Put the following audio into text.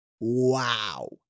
Wow